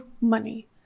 money